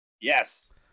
Yes